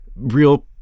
real